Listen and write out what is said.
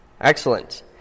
Excellent